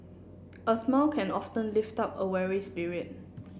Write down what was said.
a smile can often lift up a weary spirit